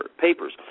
papers